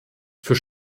für